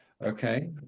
Okay